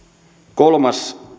kolmas